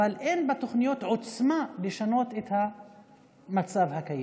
אבל אין בתוכניות עוצמה לשנות את המצב הקיים.